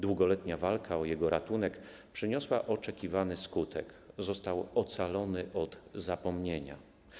Długoletnia walka o jego ratunek przyniosła oczekiwany skutek - został ocalony od zapomnienia.